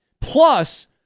Plus